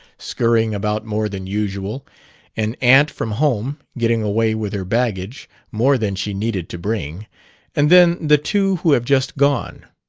scurrying about more than usual an aunt from home, getting away with her baggage more than she needed to bring and then the two who have just gone.